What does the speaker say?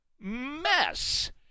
mess